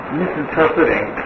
misinterpreting